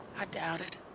i doubt it.